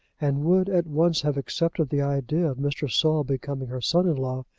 and would at once have accepted the idea of mr. saul becoming her son-in-law,